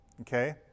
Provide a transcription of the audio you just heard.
Okay